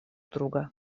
друга